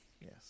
Yes